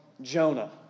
Jonah